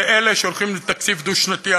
ואלה שהולכים לתקציב דו-שנתי,